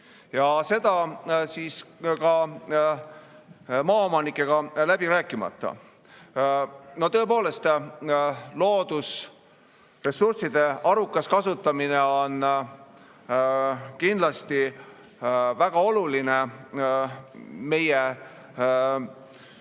ja seda maaomanikega läbi rääkimata. Tõepoolest, loodusressursside arukas kasutamine on kindlasti väga oluline meie